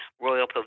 Royal